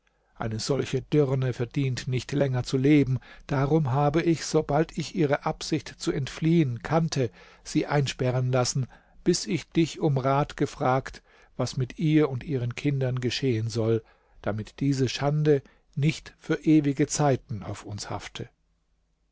eine solche dirne verdient nicht länger zu leben darum habe ich sobald ich ihre absicht zu entfliehen kannte sie einsperren lassen bis ich dich um rat gefragt was mit ihr und ihren kindern geschehen soll damit diese schande nicht für ewige zeiten auf uns hafte